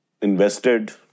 invested